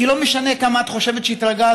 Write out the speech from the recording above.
כי לא משנה כמה את חושבת שהתרגלת,